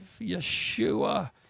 Yeshua